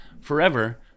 forever